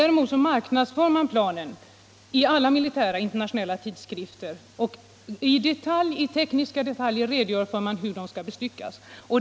Däremot marknadsför man planen i alla militära internationella tidskrifter, och i tekniska detaljer redogör man för hur de skall bestyckas.